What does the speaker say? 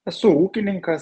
esu ūkininkas